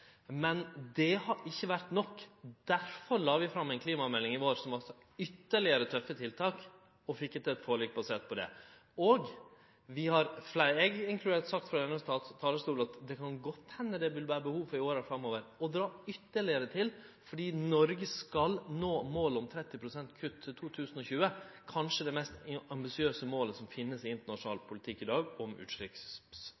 Men det har ikkje vore nok. Derfor la vi fram ei klimamelding i vår som varsla ytterlegare tøffe tiltak, og fekk til eit forlik basert på det. Vi har fleire, inkludert saksordføraren, som frå talarstolen har uttalt at det kan godt hende at det i åra framover vil vere behov for å dra ytterlegare til, fordi Noreg skal nå målet om 30 pst. kutt innan 2020 – kanskje det mest ambisiøse målet som finst i internasjonal